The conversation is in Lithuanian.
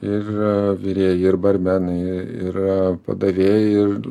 ir virėjai ir barmenai ir padavėjai ir